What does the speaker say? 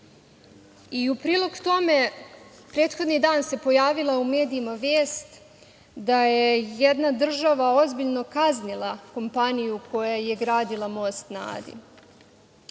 prilog tome prethodni dan se pojavila u medijima vest da je jedna država ozbiljno kaznila kompaniju koja je gradila Most na Adi,